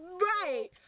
Right